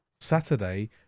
Saturday